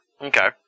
Okay